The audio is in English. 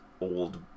old